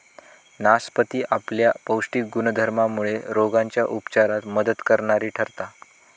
नासपती आपल्या पौष्टिक गुणधर्मामुळे रोगांच्या उपचारात मदत करणारी ठरता